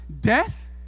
death